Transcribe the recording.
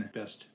best